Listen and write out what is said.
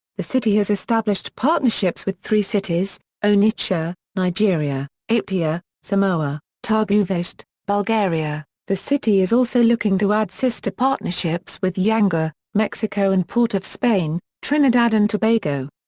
the city has established partnerships with three cities onitsha, nigeria apia, samoa targovishte, bulgaria the city is also looking to add sister partnerships with yanga, mexico and port of spain, trinidad and tobago.